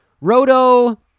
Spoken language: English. Roto